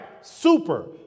Super